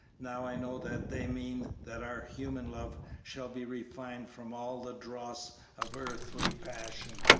now i know that they mean that our human love shall be refined from all the dross of earthly passion,